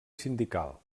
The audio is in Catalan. sindical